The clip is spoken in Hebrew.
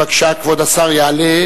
בנושא: נזק לחקלאי עוספיא